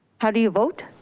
how do you vote?